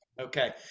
Okay